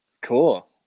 Cool